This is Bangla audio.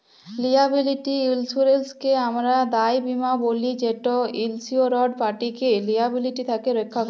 লিয়াবিলিটি ইলসুরেলসকে আমরা দায় বীমা ব্যলি যেট ইলসিওরড পাটিকে লিয়াবিলিটি থ্যাকে রখ্যা ক্যরে